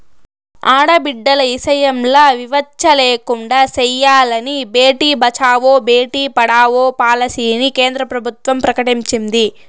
ఆడబిడ్డల ఇసయంల వివచ్చ లేకుండా సెయ్యాలని బేటి బచావో, బేటీ పడావో పాలసీని కేంద్ర ప్రభుత్వం ప్రకటించింది